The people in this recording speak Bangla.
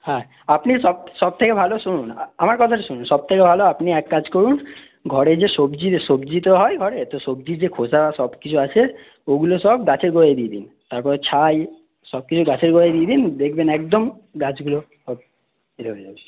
হ্যাঁ আপনি সব সব থেকে ভালো শুনুন আমার কথাটা শুনুন সব থেকে ভালো আপনি এক কাজ করুন ঘরে যে সবজি সবজি তো হয় ঘরে তো সবজির যে খোসা সব কিছু আছে ওগুলো সব গাছের গোড়ায় দিয়ে দিন তারপরে ছাই সব কিছু গাছের গোড়ায় দিয়ে দিন দেখবেন একদম গাছগুলো সব ঠিক হয়ে যাবে